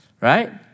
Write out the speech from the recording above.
right